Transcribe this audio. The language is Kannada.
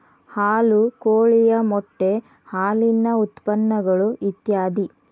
ಹಾಲು ಕೋಳಿಯ ಮೊಟ್ಟೆ ಹಾಲಿನ ಉತ್ಪನ್ನಗಳು ಇತ್ಯಾದಿ